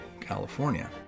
california